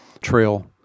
trail